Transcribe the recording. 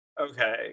Okay